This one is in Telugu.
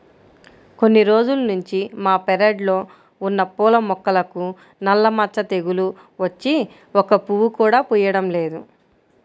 కొన్ని రోజుల్నుంచి మా పెరడ్లో ఉన్న పూల మొక్కలకు నల్ల మచ్చ తెగులు వచ్చి ఒక్క పువ్వు కూడా పుయ్యడం లేదు